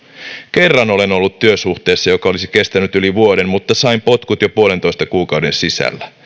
kerran olen ollut työsuhteessa joka olisi kestänyt yli vuoden mutta sain potkut jo puolentoista kuukauden sisällä